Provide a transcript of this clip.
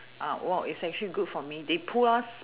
uh !wow! it's actually good for me they pull us